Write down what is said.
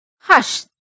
Hush